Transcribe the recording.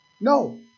No